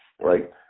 Right